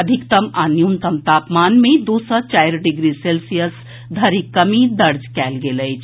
अधिकतम आ न्यूनतम तापमान मे दू सँ चारि डिग्री सेल्सियस धरिक कमी दर्ज कयल गेल अछि